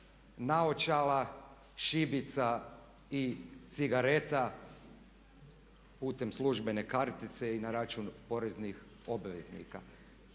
naočala, šibica i cigareta putem službene kartice i na račun poreznih obveznika.